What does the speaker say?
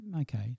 okay